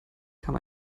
kam